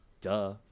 Duh